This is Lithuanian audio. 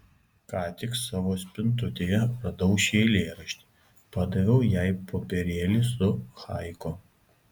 ką tik savo spintutėje radau šį eilėraštį padaviau jai popierėlį su haiku